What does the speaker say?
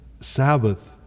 Sabbath